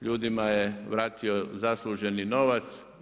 Ljudima je vratio zasluženi novac.